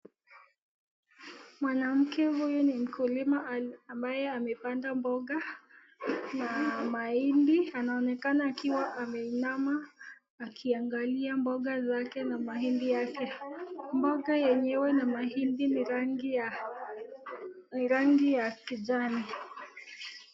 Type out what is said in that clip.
Mwanamke huyu ni mkulima ambaye amepanda mboga na mahindi anaonekana akiwa ameinama akiangalia mboga zake na mahindi yake. Mboga yenyewe na mahindi ni rangi ya kijani.